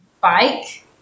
bike